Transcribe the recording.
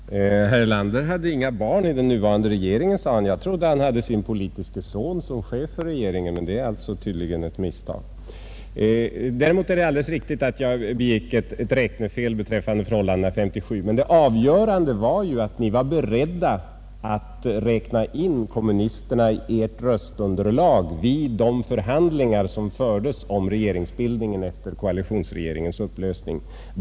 Fru talman! Herr Erlander hade inga barn i den nuvarande regeringen, Allmänpolitisk debatt Allmänpolitisk debatt sade han. Jag trodde att han hade sin politiske son som chef för regeringen, men det är tydligen ett misstag. Däremot är det alldeles riktigt att jag begick ett räknefel beträffande förhållandena år 19357, men det avgörande var att ni var beredda att räkna in kommunisterna i ert rösteunderlag vid de förhandlingar som fördes om regeringsbildningen efter koalitionsregeringens upplösning.